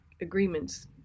agreements